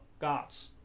gods